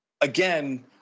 again